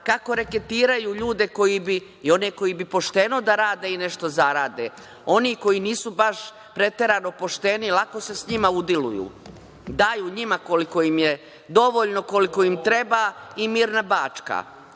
kako reketiraju ljude i one koji bi pošteno da rade i nešto zarade. Oni koji nisu baš preterano pošteni, lako se sa njima udiluju. Daju njima koliko im je dovoljno, koliko im treba i mirna Bačka. Tako